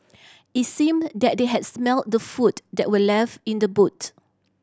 it seemed that they had smelt the food that were left in the boot